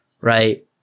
right